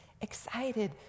Excited